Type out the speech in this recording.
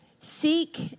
Seek